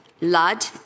Lud